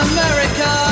America